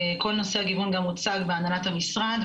כל נושא הגיוון גם הוצג בהנהלת המשרד,